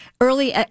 early